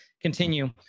continue